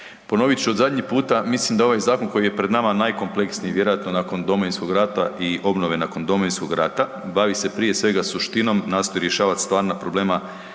Ponovit ću od zadnji puta, mislim da ovaj zakon koji je pred nama najkompleksniji vjerojatno nakon Domovinskog rada i obnove nakon Domovinskog rata, bavi se prije svega suštinom, nastoji rješavat stvarna problema,